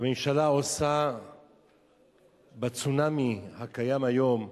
הממשלה עושה בצונאמי הקיים היום בעולם,